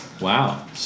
Wow